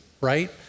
right